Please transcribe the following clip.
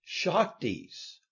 Shaktis